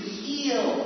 heal